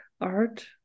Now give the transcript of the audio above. art